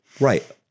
right